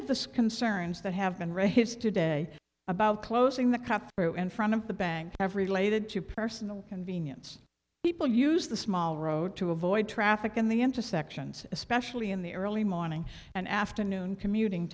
of the skin cern's that have been read his today about closing the cup in front of the bank have related to personal convenience people use the small road to avoid traffic in the intersections especially in the early morning and afternoon commuting